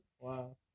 Wow